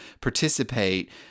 participate